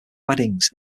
weddings